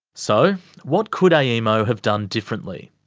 so what could aemo have done differently?